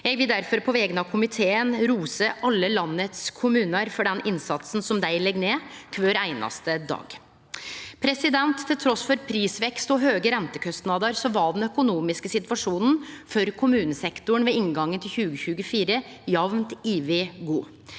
Eg vil difor på vegner av komiteen rose alle landets kommunar for den innsatsen dei legg ned kvar einaste dag. Trass i prisvekst og høge rentekostnadar var den økonomiske situasjonen for kommunesektoren ved inngangen til 2024 jamt over god.